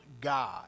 God